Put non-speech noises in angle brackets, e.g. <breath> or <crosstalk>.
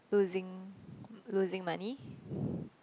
losing losing money <breath>